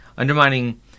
Undermining